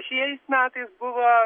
šiais metais buvo